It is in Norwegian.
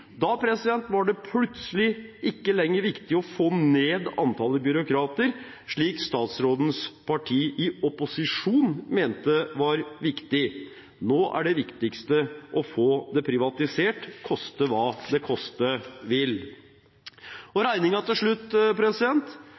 var det plutselig ikke lenger viktig å få ned antallet byråkrater, slik statsrådens parti i opposisjon mente var viktig. Nå er det viktigste å få privatisert – koste hva det koste vil.